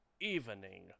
evening